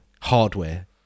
Hardware